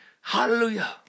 Hallelujah